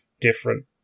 different